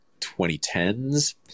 2010s